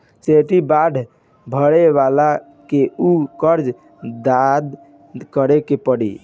surety bond भरे वाला के ऊ कर्ज अदा करे पड़ी